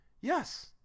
Yes